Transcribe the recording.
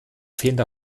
fehlender